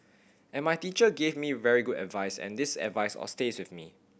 and my teacher gave me very good advice and this advice all stays with me